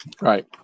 Right